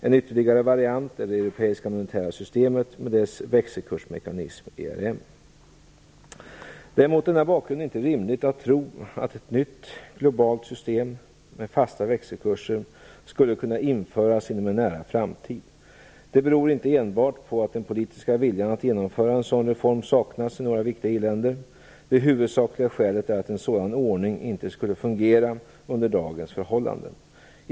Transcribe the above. En ytterligare variant är det europeiska monetära systemet med dess växelkursmekanism ERM. Det är mot denna bakgrund inte rimligt att tro att ett nytt globalt system med fasta växelkurser skulle kunna införas inom en nära framtid. Det beror inte enbart på att den politiska viljan att genomföra en sådan reform saknas i några viktiga i-länder. Det huvudsakliga skälet är att en sådan ordning inte skulle fungera under dagens förhållanden.